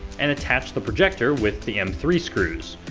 and attached the projector with the m three screws.